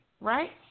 right